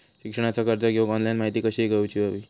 शिक्षणाचा कर्ज घेऊक ऑनलाइन माहिती कशी घेऊक हवी?